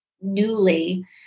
newly